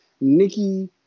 Nikki